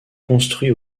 construit